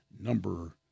number